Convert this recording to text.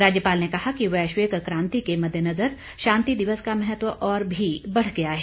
राज्यपाल ने कहा कि वैश्विक कांति के मद्देनजर शांति दिवस का महत्व और भी बढ़ गया है